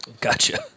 Gotcha